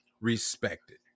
respected